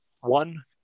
one